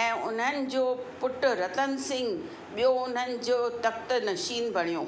ऐं उन्हनि जो पुटु रतन सिंह ॿियो उन्हनि जो तख़्तनशीन बणियो